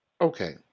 Okay